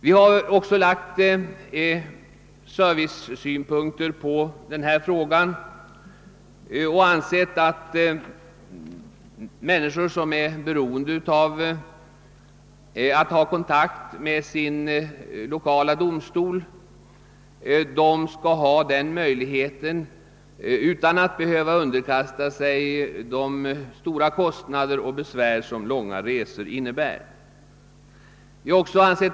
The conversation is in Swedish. Vi har vidare lagt servicesynpunkter på denna fråga och ansett att människor som är beroende av att ha kontakt med sin lokala domstol skall ha denna möjlighet utan att behöva underkasta sig de stora kostnader och det besvär som långa resor innebär. Vi har också betraktat.